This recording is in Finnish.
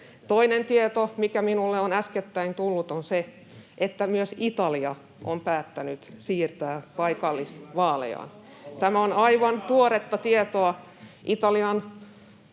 Toinen tieto, mikä minulle on äskettäin tullut, on se, että myös Italia on päättänyt siirtää paikallisvaalejaan. Tämä on aivan tuoretta tietoa. Italian